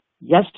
yes